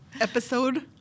episode